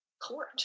court